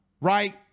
right